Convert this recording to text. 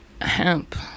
hemp